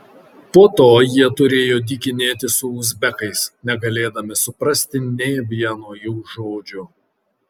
po to jie turėjo dykinėti su uzbekais negalėdami suprasti nė vieno jų žodžio